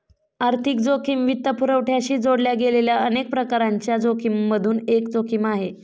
आर्थिक जोखिम वित्तपुरवठ्याशी जोडल्या गेलेल्या अनेक प्रकारांच्या जोखिमिमधून एक जोखिम आहे